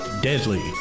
Deadly